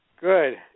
Good